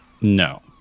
No